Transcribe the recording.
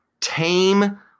tame